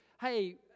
Hey